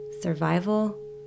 survival